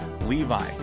Levi